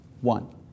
One